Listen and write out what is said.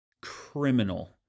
criminal